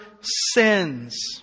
sins